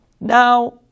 Now